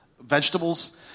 vegetables